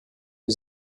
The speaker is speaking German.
die